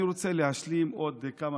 אני רוצה להשלים עוד כמה